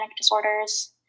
disorders